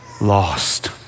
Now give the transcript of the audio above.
lost